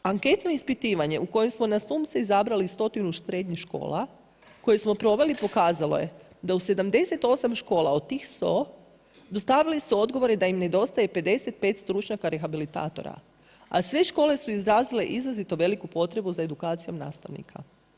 Anketno ispitivanje u kojem smo nasumce izabrali 100 srednjih škola koje smo proveli pokazalo je da u 78 škola u tih 100 dostavili su odgovore da im nedostaje 55 stručnjaka rehablitatora, a sve škole su izrazile izrazito veliku potrebu za edukacijom nastavnika.